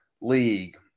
league